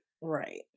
right